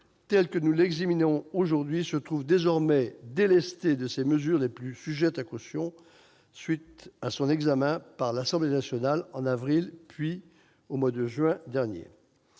tel que nous l'examinons aujourd'hui se trouve désormais délesté de ses mesures les plus sujettes à caution, à la suite de son examen par l'Assemblée nationale en avril puis au mois de juin dernier.